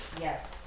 Yes